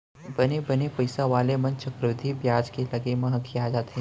बने बने पइसा वाले मन चक्रबृद्धि बियाज के लगे म हकिया जाथें